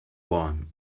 born